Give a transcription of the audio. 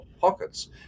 pockets